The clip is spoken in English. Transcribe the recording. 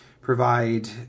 provide